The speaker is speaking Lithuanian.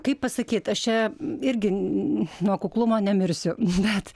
kaip pasakyt aš čia irgi nuo kuklumo nemirsiu bet